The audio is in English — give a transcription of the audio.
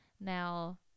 Now